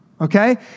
okay